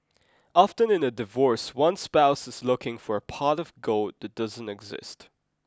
often in a divorce one spouse is looking for a pot of gold that doesn't exist